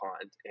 pond